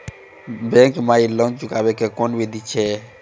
Bank माई loan चुकाबे के कोन बिधि छै?